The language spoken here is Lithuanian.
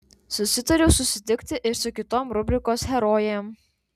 susitariau susitikti ir su kitom rubrikos herojėm